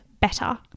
better